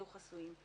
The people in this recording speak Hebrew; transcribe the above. יהיו חסויים.